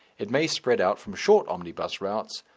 it may spread out from short omnibus routes,